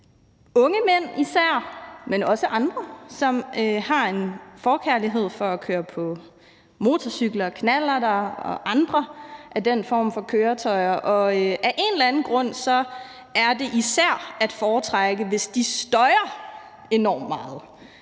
unge mænd, men også andre, som har en forkærlighed for at køre på motorcykel, knallert og andre af den slags køretøjer, og af en eller anden grund er det især at foretrække, hvis de støjer enormt meget.